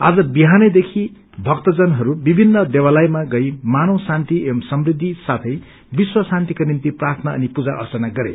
आज विहानेदेखि भक्तजनहरू विभिन्न देवालयमा गई मानव माझको शान्ति एवं समृद्धि साथै विश्व शान्तिको निम्ति प्राथना अनि पूजा अन्नना गरे